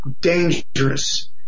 dangerous